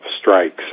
strikes